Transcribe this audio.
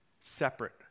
separate